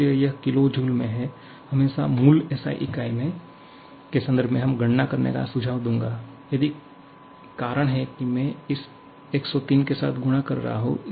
इसलिए यह किलोजूल है मैं हमेशा मूल SI इकाई के संदर्भ में हर गणना करने का सुझाव दूंगा यही कारण है कि मैं इस 103 के साथ गुणा कर रहा हूं